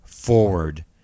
forward